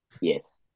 Yes